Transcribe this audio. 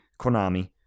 Konami